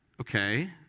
Okay